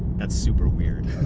that's super weird.